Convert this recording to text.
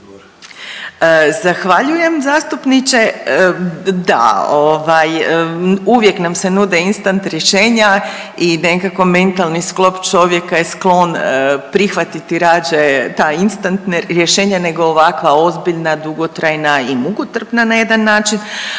Zahvaljujem zastupniče. Da, ovaj uvijek nam se nude instant rješenja i nekako mentalni sklop čovjeka je sklon prihvatiti rađe taj instant rješenja nego ovakva ozbiljna, dugotrajna i mukotrpna na jedan način,